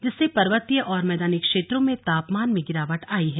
जिससे पर्वतीय और मैदानी क्षेत्रों में तापमान में गिरावट आयी है